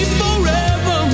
forever